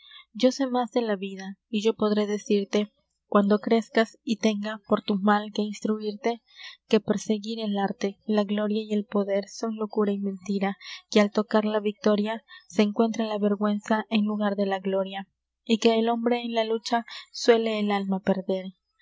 yo sé más de la vida y yo podré decirte cuando crezcas y tenga por tu mal que instruirte que perseguir el arte la gloria y el poder son locura y mentira que al tocar la victoria se encuentra la vergüenza en lugar de la gloria y que el hombre en la lucha suele el alma perder